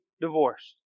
divorced